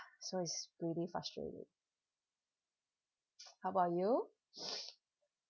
so it's really frustrating how about you